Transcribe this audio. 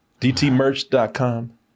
dtmerch.com